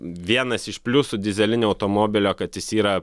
vienas iš pliusų dyzelinio automobilio kad jis yra